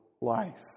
life